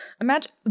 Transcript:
Imagine